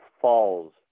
falls